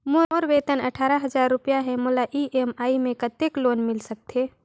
मोर वेतन अट्ठारह हजार रुपिया हे मोला ई.एम.आई मे कतेक लोन मिल सकथे?